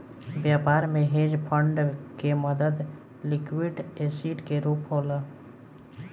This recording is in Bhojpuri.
व्यापार में हेज फंड के मदद लिक्विड एसिड के रूप होला